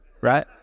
right